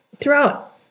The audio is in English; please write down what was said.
throughout